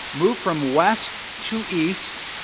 moved from west to east